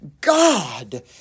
God